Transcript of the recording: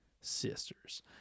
Sisters